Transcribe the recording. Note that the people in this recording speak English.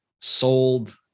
sold